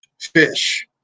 Fish